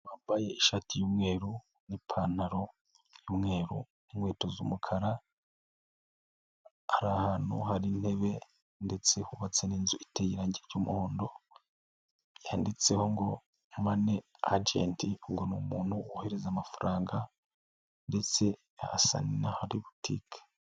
Wambaye ishati y'umweru n'ipantaro y'umweru n'inkweto z'umukara ,ari ahantu hari intebe ndetse hubatse n'inzu iteye irangi ry'umuhondo, yanditseho ngo money agent, ngo ni umuntu wohereza amafaranga ndetse harasa nkahari boutique.